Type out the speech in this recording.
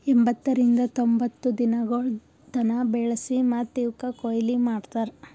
ಎಂಬತ್ತರಿಂದ ತೊಂಬತ್ತು ದಿನಗೊಳ್ ತನ ಬೆಳಸಿ ಮತ್ತ ಇವುಕ್ ಕೊಯ್ಲಿ ಮಾಡ್ತಾರ್